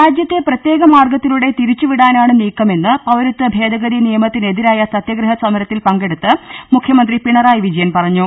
രാജ്യത്തെ പ്രത്യേക മാർഗത്തിലൂടെ തിരിച്ചുവിടാനാണ് നീക്ക മെന്ന് പൌരത്വഭേഗഗതി നിയമത്തിനെതിരായ സത്യഗ്രഹ സമരത്തിൽ പങ്കെടുത്ത് മുഖ്യമന്ത്രി പിണറായി വിജയൻ പറഞ്ഞു